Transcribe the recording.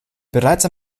bereits